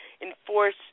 enforce